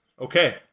okay